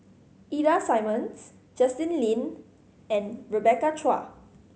Ida Simmons Justin Lean and Rebecca Chua